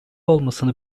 olmasını